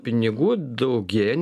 pinigų daugėja